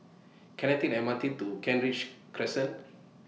Can I Take The M R T to Kent Ridge Crescent